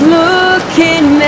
looking